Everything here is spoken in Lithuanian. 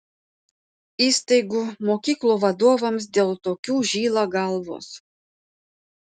įstaigų mokyklų vadovams dėl tokių žyla galvos